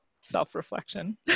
self-reflection